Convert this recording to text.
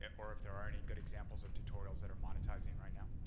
or if there are any good examples of tutorials that are monetizing right now?